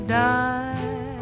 die